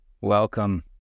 Welcome